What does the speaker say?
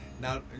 now